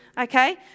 okay